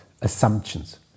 Assumptions